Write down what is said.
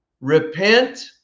Repent